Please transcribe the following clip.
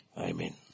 amen